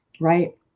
right